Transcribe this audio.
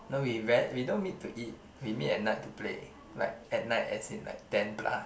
no we rare we don't meet to eat we meet at night to play like at night as in like ten plus